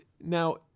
now